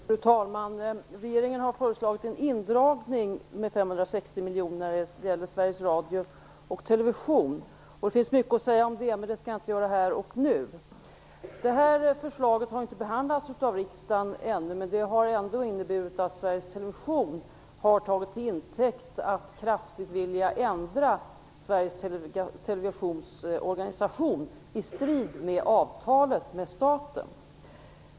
Fru talman! Regeringen har föreslagit en indragning med 560 miljoner när det gäller Sveriges Radio och Sveriges Television. Det finns mycket att säga om det, men det skall jag inte göra här och nu. Förslaget har inte behandlats av riksdagen ännu, men det har ändå inneburit att Sveriges Television har tagit till intäkt att kraftigt vilja ändra Sveriges Televisions organisation i strid med avtalet med staten.